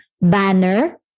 banner